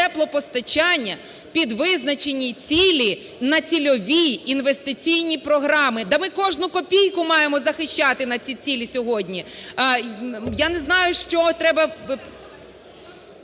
теплопостачання, під визначені цілі на цільові інвестиційні програми. Да ми кожну копійку маємо захищати на ці цілі сьогодні. Я не знаю, з чого треба…